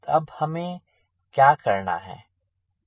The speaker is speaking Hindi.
तब हमें क्या करना है